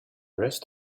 rest